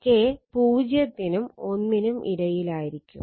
K പൂജ്യത്തിനും ഒന്നിനും ഇടയിലായിരിക്കും